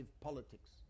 politics